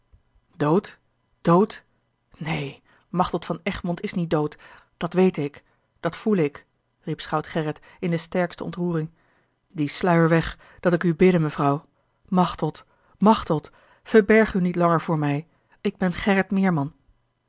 dood dood neen maehteld van egmond is niet dood dat wete ik dat voele ik riep schout gerrit in de sterkste ontroering dien sluier weg dat ik u bidde mevrouw machteld machteld verberg u niet langer voor mij ik ben gerrit meerman